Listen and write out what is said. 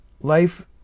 life